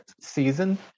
season